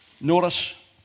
Notice